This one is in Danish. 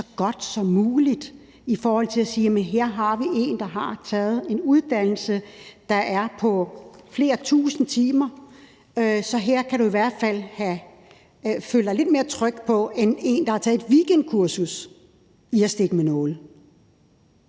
så godt som muligt ved at sige: Her har vi en, der har taget en uddannelse på flere tusind timer, så her kan du i hvert fald føle dig lidt mere tryg end hos en, der har taget et weekendkursus i at stikke med nåle.